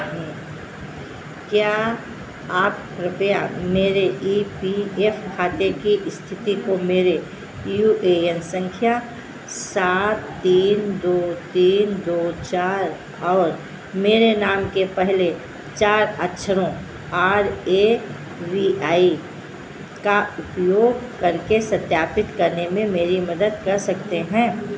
क्या आप कृपया मेरे ई पी एफ खाते की स्थिति को मेरे यू ए एन संख्या सात तीन दो तीन दो चार और मेरे नाम के पहले चार अक्षरों आर ए वी आई का उपयोग करके सत्यापित करने में मेरी मदद कर सकते हैं